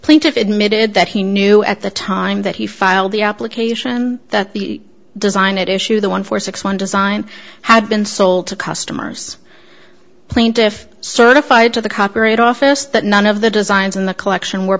plaintiff admitted that he knew at the time that he filed the application that the design it issue the one four six one design had been sold to customers plaintiffs certified to the copyright office that none of the designs in the collection were